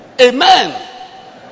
Amen